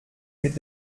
mit